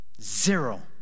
Zero